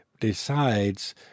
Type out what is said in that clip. decides